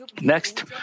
Next